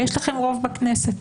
ויש לכם רוב בכנסת,